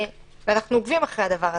ואנחנו עוקבים אחרי הדבר הזה.